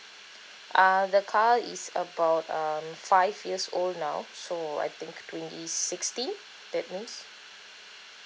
uh the car is about five um years old now so I think twenty sixty that means